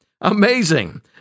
Amazing